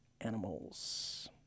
animals